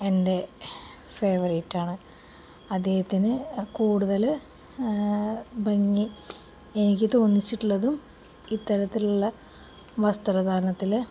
എൻ്റെ ഫേവറേറ്റാണ് അദ്ദേഹത്തിന് കൂടുതല് ഭംഗി എനിക്ക് തോന്നിച്ചിട്ടുള്ളതും ഇത്തരത്തിലുള്ള വസ്ത്രധാരണത്തില്